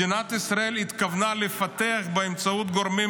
מדינת ישראל התכוונה לפתח באמצעות גורמים